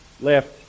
left